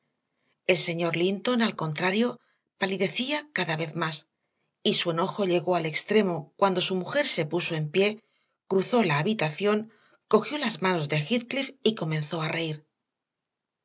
el señor linton al contrario palidecía cada vez más y su enojo llegó al extremo cuando su mujer se puso en pie cruzó la habitación cogió las manos de heathcliff y comenzó a reír